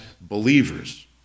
believers